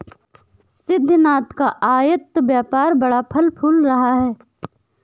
सिद्धिनाथ का आयत व्यापार बड़ा फल फूल रहा है